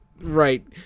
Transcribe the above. Right